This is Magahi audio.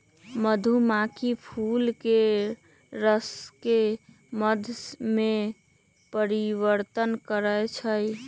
मधुमाछी फूलके रसके मध में परिवर्तन करछइ